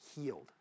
healed